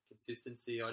Consistency